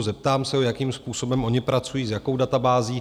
Zeptám se ho, jakým způsobem oni pracují, s jakou databází.